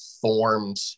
formed